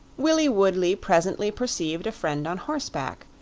willie woodley presently perceived a friend on horseback,